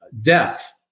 depth